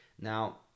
Now